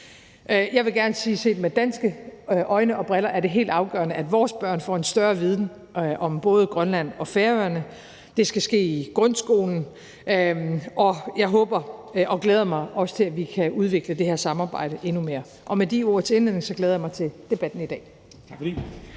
Jeg vil gerne sige, at set med danske øjne og briller er det helt afgørende, at vores børn får en større viden om både Grønland og Færøerne, og det skal ske i grundskolen. Jeg håber og glæder mig også til, at vi kan udvikle det her samarbejde endnu mere. Med de ord til indledning glæder jeg mig til debatten i dag.